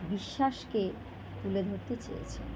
বিশ্বাসকে তুলে ধরতে চেয়েছেন